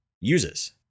uses